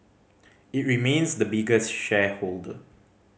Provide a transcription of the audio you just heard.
it remains the biggest shareholder